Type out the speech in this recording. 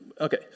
okay